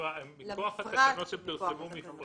מכוח התקנות שפרסמו מפרט.